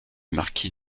marquis